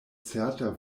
certa